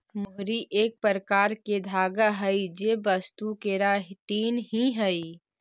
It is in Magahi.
मोहरी एक प्रकार के धागा हई जे वस्तु केराटिन ही हई